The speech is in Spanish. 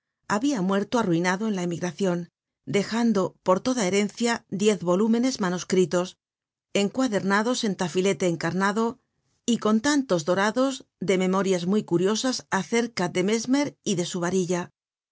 habia muerto arruinado en la emigracion dejando por toda herencia diez volúmenes manuscritos encuadernados en tafilete encarnado y con cantos content from google book search generated at dorados de memorias muy curiosas acerca de mesmer y de su varilla